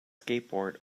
skateboard